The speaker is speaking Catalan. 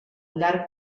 llarg